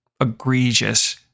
egregious